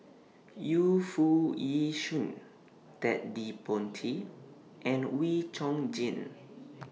Yu Foo Yee Shoon Ted De Ponti and Wee Chong Jin